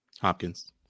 Hopkins